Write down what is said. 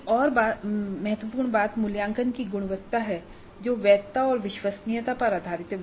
एक और महत्वपूर्ण बात मूल्यांकन की गुणवत्ता है जो वैधता और विश्वसनीयता पर आधारित है